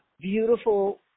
beautiful